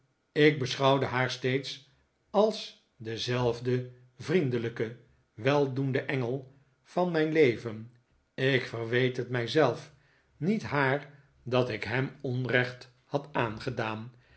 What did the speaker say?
ik beschouwde haar steeds als denzelfden vriendelijken weldoenden engel van mijn leven ik verweet het mij zelf niet haar dat ik hem onrecht had aangedaan